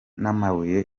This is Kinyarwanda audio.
n’amabuye